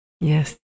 Yes